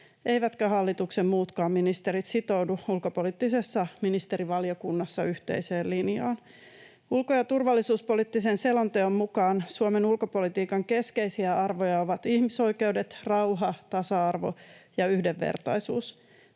eivätkä hallituksen muutkaan ministerit sitoudu ulkopoliittisessa ministerivaliokunnassa yhteiseen linjaan. Ulko- ja turvallisuuspoliittisen selonteon mukaan Suomen ulkopolitiikan keskeisiä arvoja ovat ihmisoikeudet, rauha, tasa-arvo ja yhdenvertaisuus,